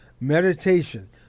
meditation